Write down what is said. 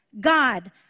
God